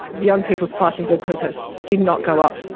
young people's fasting blood glucose did not go up.